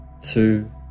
two